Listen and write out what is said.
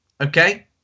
Okay